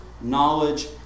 knowledge